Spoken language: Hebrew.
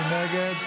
מי נגד?